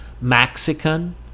Mexican